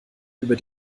über